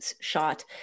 shot